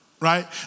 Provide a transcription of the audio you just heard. right